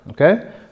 okay